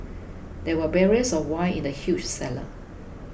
there were barrels of wine in the huge cellar